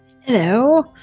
Hello